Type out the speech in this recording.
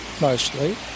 mostly